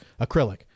acrylic